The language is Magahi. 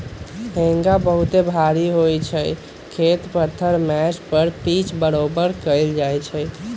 हेंगा बहुते भारी होइ छइ जे खेत पथार मैच के पिच बरोबर कएल जाइ छइ